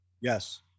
Yes